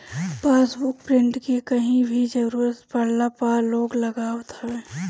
passbook print के कहीं भी जरुरत पड़ला पअ लोग लगावत हवे